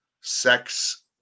sex